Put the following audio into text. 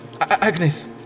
Agnes